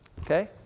okay